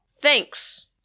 Thanks